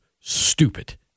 stupid